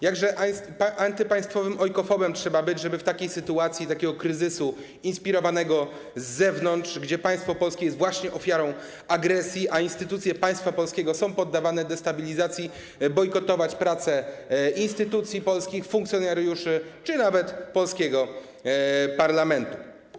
Jakże antypaństwowym ojkofobem trzeba być, żeby w sytuacji takiego kryzysu inspirowanego z zewnątrz, gdzie państwo polskie jest właśnie ofiarą agresji, a instytucje państwa polskiego są poddawane destabilizacji, bojkotować pracę polskich instytucji, funkcjonariuszy czy nawet polskiego parlamentu.